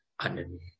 underneath